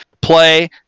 Play